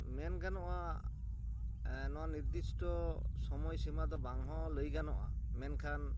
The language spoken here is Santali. ᱢᱮᱱ ᱜᱟᱱᱚᱜᱼᱟ ᱱᱚᱣᱟ ᱱᱤᱨᱫᱤᱥᱴᱚ ᱥᱚᱢᱚᱭ ᱥᱤᱢᱟᱹ ᱫᱚ ᱵᱟᱝ ᱦᱚᱸ ᱞᱟᱹᱭ ᱜᱟᱱᱚᱜᱼᱟ ᱢᱮᱱᱠᱷᱟᱱ